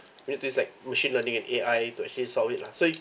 we need to use like machine learning and A_I to actually solve it lah so